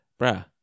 bruh